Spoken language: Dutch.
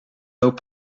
loopt